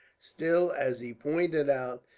still, as he pointed out,